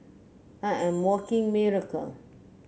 I am a walking miracle